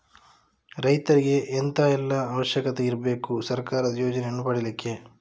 ರೈತರಿಗೆ ಎಂತ ಎಲ್ಲಾ ಅವಶ್ಯಕತೆ ಇರ್ಬೇಕು ಸರ್ಕಾರದ ಯೋಜನೆಯನ್ನು ಪಡೆಲಿಕ್ಕೆ?